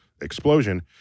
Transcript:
explosion